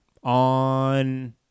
on